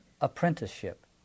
apprenticeship